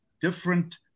different